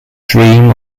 dream